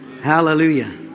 Hallelujah